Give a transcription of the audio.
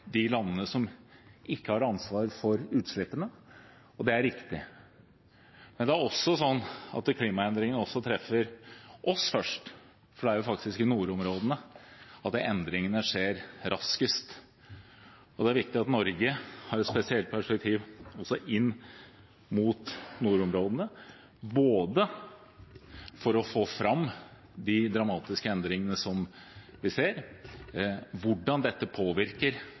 de landene som ikke har ansvar for utslippene. Det er riktig. Men det er også slik at klimaendringene også treffer oss først, for det er i nordområdene endringene skjer raskest. Det er viktig at Norge har et spesielt perspektiv også på nordområdene, for å få fram både de dramatiske endringene som vi ser, hvordan dette påvirker